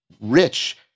rich